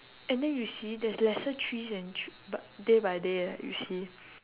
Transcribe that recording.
and then you see there's lesser trees and tre~ but day by day leh you see